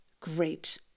great